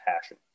passion